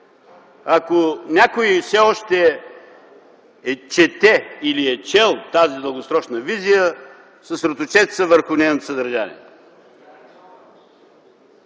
ако някой все още чете или е чел тази дългосрочна визия, съсредоточете се върху нейното съдържание.